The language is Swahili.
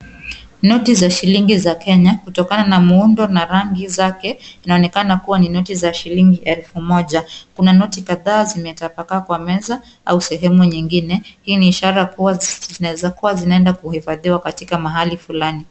Noti za shilingi za Kenya kutokana na muundo na rangi zake inaonekana kuwa ni noti ya shilingi elfu moja. Kuna noti kadhaa zimetapakaa kwa meza au sehemu nyingine. Hii ni ishara kuwa zinaweza kuwa zinaenda kuhifadhiwa katika mahali fulani.